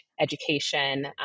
education